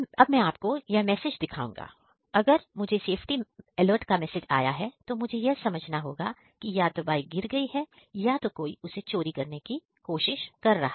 अब मैं आपको यह मैसेज दिखाऊंगा अगर मुझे सेफ्टी अलर्ट का मैसेज आया है तो मुझे यह समझना होगा कि या तो बाइक गिर गई है या फिर कोई उसे चोरी करने की कोशिश कर रहा है